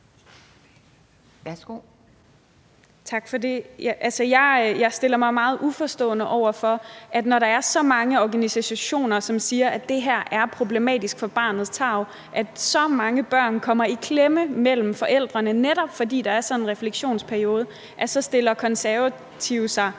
Tak for det. Altså, jeg stiller mig meget uforstående over for – når der er så mange organisationer, som siger, at det her er problematisk for barnets tarv, og at så mange børn kommer i klemme mellem forældrene, netop fordi der er sådan en refleksionsperiode – at De Konservative så